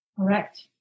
Correct